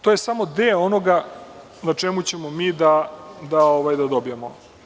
To je samo deo onoga na čemu ćemo mi da dobijemo.